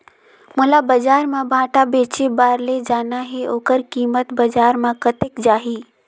मोला बजार मां भांटा बेचे बार ले जाना हे ओकर कीमत बजार मां कतेक जाही?